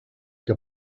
que